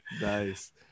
Nice